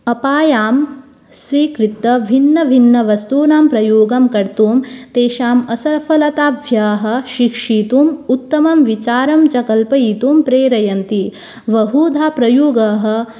अपायां स्वीकृत्य भिन्नभिन्नवस्तूनां प्रयोगं कर्तुं तेषाम् असफलतायाः शिक्षितुम् उत्तमं विचारञ्च कल्पयितुं प्रेरयन्ति बहुधा प्रयोगाः